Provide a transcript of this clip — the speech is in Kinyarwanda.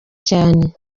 cyane